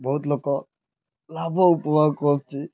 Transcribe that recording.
ବହୁତ ଲୋକ ଲାଭ ଉପଭୋଗ କରୁଛି